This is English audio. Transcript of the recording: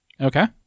Okay